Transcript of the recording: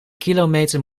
kilometer